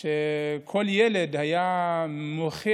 שבו כל ילד היה מוכיח